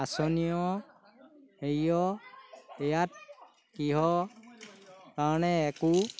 আঁচনিৰ হেৰি ইয়াত কিহৰ কাৰণে একো